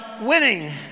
winning